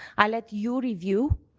i let you review,